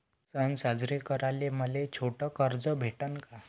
सन साजरे कराले मले छोट कर्ज भेटन का?